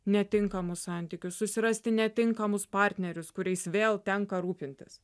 netinkamus santykius susirasti netinkamus partnerius kuriais vėl tenka rūpintis